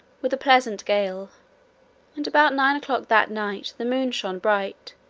with a pleasant gale and about nine o'clock that night the moon shone bright,